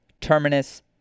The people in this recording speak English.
terminus